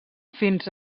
fins